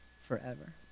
forever